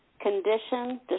condition